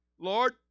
Lord